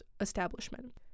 establishment